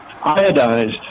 iodized